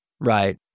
Right